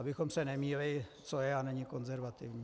Abychom se nemýlili, co je a není konzervativní.